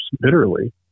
bitterly